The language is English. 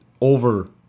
over